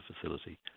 facility